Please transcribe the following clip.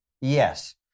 yes